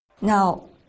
Now